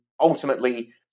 ultimately